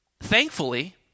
thankfully